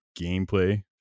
gameplay